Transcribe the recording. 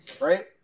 right